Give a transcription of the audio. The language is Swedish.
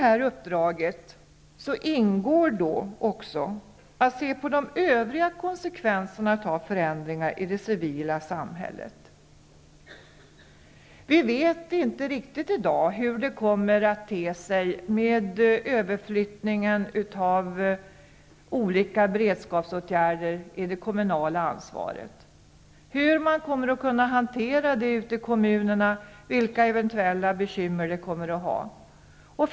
I uppdraget ingår också att se närmare på övriga konsekvenser av förändringar i det civila samhället. Vi vet i dag inte riktigt hur överflyttningen av olika beredskapsåtgärder till det kommunala ansvaret kommer att slå, hur man ute i kommunerna kommer att kunna hantera det och vilka eventuella bekymmer som kommer att uppstå.